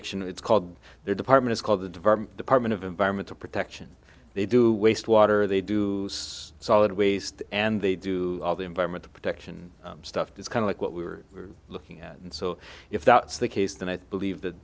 fiction it's called their department is called the department department of environmental protection they do waste water they do solid waste and they do all the environmental protection stuff that's kind of what we were looking at and so if that's the case then i believe that